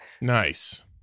Nice